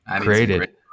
created